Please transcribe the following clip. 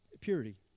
purity